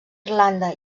irlanda